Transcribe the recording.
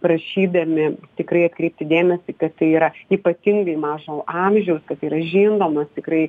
prašydami tikrai atkreipti dėmesį kad tai yra ypatingai mažo amžiaus kad tai yra žindomas tikrai